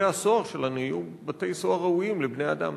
שבתי-הסוהר שלנו יהיו בתי-סוהר ראויים לבני-אדם.